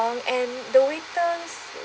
and the waiter